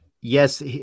yes